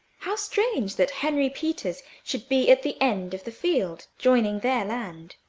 how strange that henry peters should be at the end of the field joining their land.